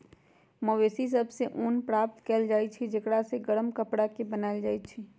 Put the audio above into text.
मवेशि सभ से ऊन प्राप्त कएल जाइ छइ जेकरा से गरम कपरा बनाएल जाइ छइ